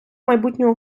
майбутнього